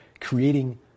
creating